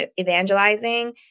evangelizing